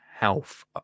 Health